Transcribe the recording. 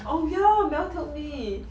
oh ya mel told me